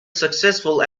successful